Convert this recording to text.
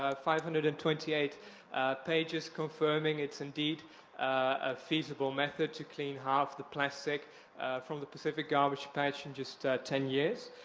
ah five hundred and twenty eight pages confirming it's indeed a feasible method to clean half the plastic from the pacific garbage patch in just ten years.